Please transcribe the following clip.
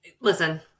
Listen